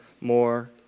more